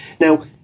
Now